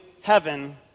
heaven